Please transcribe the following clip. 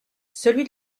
celui